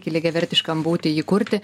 lygiavertiškam būti jį kurti